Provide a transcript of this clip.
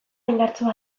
indartsua